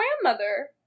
grandmother